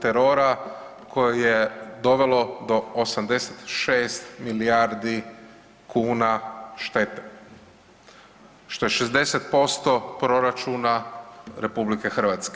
terora koje je dovelo do 86 milijardi kuna štete, što je 60% proračuna RH.